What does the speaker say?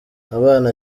abana